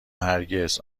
هرگز